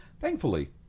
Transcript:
Thankfully